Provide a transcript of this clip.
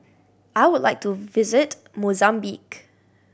I would like to visit Mozambique